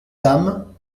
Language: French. dames